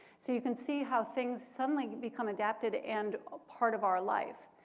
so you can see how things suddenly become adapted and ah part of our life.